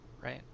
right